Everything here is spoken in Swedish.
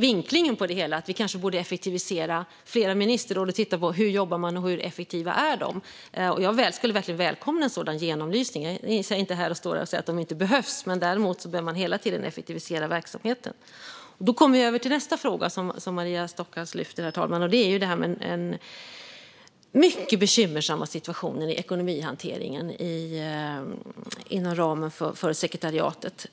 vinkling. Vi borde kanske effektivisera flera ministerråd och titta på hur de jobbar och hur effektiva de är. Jag skulle verkligen välkomna en sådan genomlysning. Jag tänker inte stå här och säga att de inte behövs, men däremot behöver man hela tiden effektivisera verksamheten. Det för mig över till nästa fråga som Maria Stockhaus lyfte upp, herr talman. Det gäller den mycket bekymmersamma situationen med ekonomihanteringen på sekretariatet.